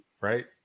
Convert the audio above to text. right